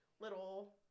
little